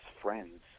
friends